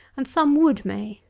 and some wood may.